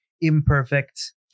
imperfect